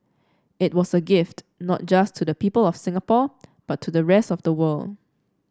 it was a gift not just to the people of Singapore but to the rest of the world